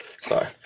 Sorry